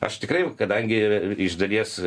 aš tikrai jau kadangi iš dalies